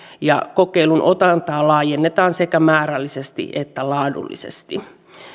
kokeilun otantaa laajennetaan sekä määrällisesti että laadullisesti